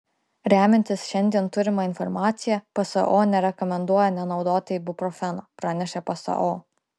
remiantis šiandien turima informacija pso nerekomenduoja nenaudoti ibuprofeno pranešė pso